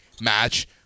match